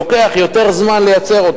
לוקח יותר זמן לייצר.